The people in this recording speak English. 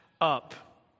up